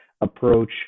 approach